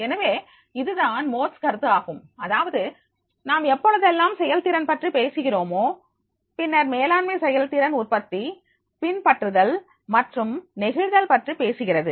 எனவே இதுதான் மோட்ஸ் கருத்து ஆகும் அதாவது நாம் எப்பொழுதெல்லாம் செயல்திறன் பற்றி பேசுகிறோமோ பின்னர் மேலாண்மை செயல்திறன் உற்பத்தி பின்பற்றுதல் மற்றும் நெகிழ்தல் பற்றி பேசுகிறது